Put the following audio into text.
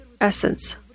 essence